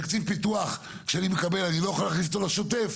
תקציב פיתוח שאני מקבל אני לא יכול להכניס אותו לשוטף?